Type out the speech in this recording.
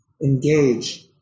engage